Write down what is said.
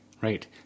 Right